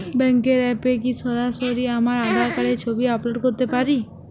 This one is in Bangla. ব্যাংকের অ্যাপ এ কি সরাসরি আমার আঁধার কার্ড র ছবি আপলোড করতে পারি?